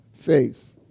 faith